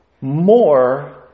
more